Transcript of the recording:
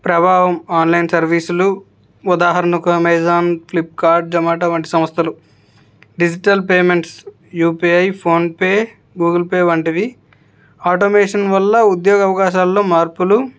ప్రభావం ఆన్లైన్ సర్వీసులు ఉదాహరణకు అమెజాన్ ఫ్లిప్కార్ట్ జొమాటో వంటి సంస్థలు digital payments U P I PhonePe Google Pay వంటివి ఆటోమేషన్ వల్ల ఉద్యోగ అవకాశాల్లో మార్పులు